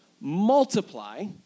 multiply